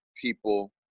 people